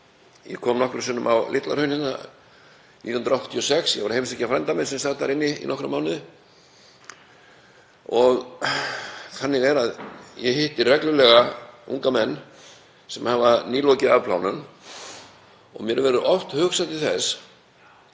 Ég kom nokkrum sinnum á Litla-Hraun 1986, ég var að heimsækja frænda minn sem sat þar inni í nokkra mánuði. Þannig er að ég hitti reglulega unga menn sem hafa nýlokið afplánun og mér verður oft hugsað til þess